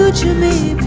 to to me.